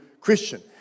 Christian